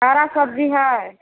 हरा सब्जी है